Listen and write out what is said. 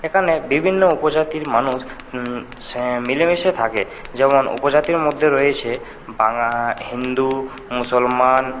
এখানে বিভিন্ন উপজাতির মানুষ মিলেমিশে থাকে যেমন উপজাতির মধ্যে রয়েছে হিন্দু মুসলমান